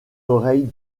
oreilles